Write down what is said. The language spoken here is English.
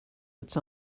its